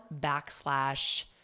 backslash